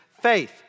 faith